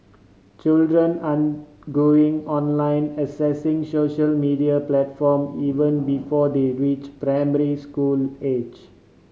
children an going online accessing social media platform even before they reach primary school age